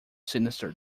sinister